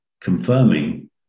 confirming